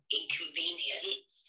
inconvenience